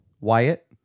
Wyatt